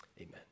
Amen